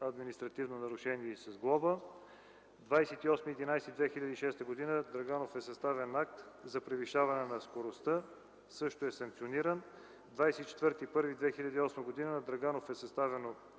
административно нарушение и глоба; - на 28.11.2006 г. на Драганов е съставен акт за превишаване на скоростта и е санкциониран; - на 24.01.2008 г. на Драганов е съставен акт